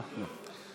לא.